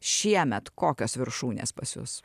šiemet kokios viršūnės pas jus